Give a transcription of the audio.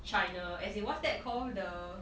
China as in what's that called the